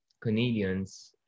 Canadians